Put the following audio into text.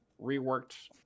reworked